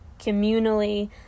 communally